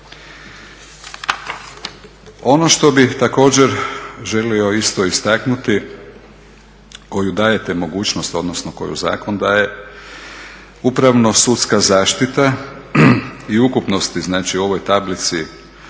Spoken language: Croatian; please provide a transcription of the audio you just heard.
Ono što bih također želio isto istaknuti koju dajete mogućnost, odnosno koju zakon daje upravno sudska zaštita i ukupnosti, znači u ovoj tablici